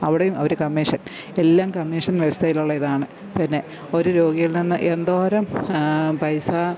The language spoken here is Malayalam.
അവിടേയും അവർ കമ്മീഷന് എല്ലാം കമ്മീഷന് വ്യവസ്ഥയിലുള്ള ഇതാണ് പിന്നെ ഒരു രോഗിയില് നിന്ന് എന്തോരം പൈസ